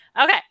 Okay